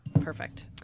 Perfect